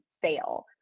fail